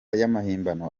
y’amahimbano